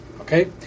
okay